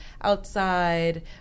outside